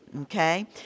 okay